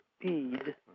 speed